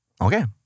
Okay